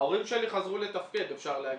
ההורים שלי חזרו לתפקד, אפשר להגיד.